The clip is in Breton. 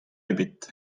ebet